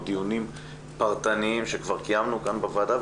דיונים פרטניים שכבר קיימנו כאן בוועדה,